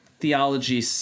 Theology